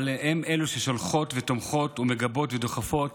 אבל הן אלה ששולחות ותומכות ומגבות ודוחפות